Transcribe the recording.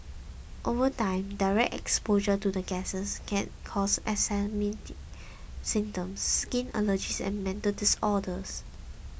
over time direct exposure to the gases can cause asthmatic symptoms skin allergies and mental disorders